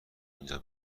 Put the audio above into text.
اینجا